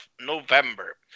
November